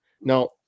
Now